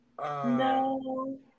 No